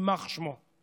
יימח שמו,